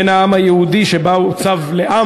בין העם היהודי לארץ-ישראל,